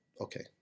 okay